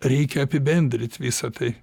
reikia apibendrint visą tai